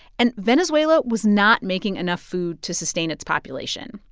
and venezuela was not making enough food to sustain its population.